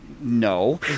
no